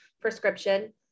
prescription